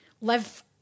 live